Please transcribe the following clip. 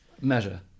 measure